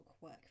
work